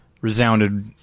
resounded